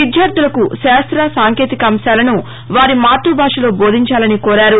విద్యార్దలకు శాస్త్ర సాంకేతిక అంశాలను వారి మాతృభాషలో బోధించాలని కోరారు